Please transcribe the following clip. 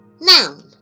Noun